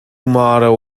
model